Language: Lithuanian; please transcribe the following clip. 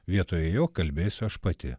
vietoj jo kalbėsiu aš pati